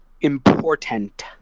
Important